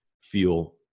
feel